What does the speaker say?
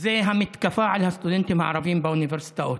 זו המתקפה על הסטודנטים הערבים באוניברסיטאות,